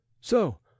So